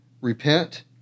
Repent